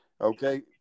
Okay